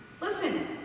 Listen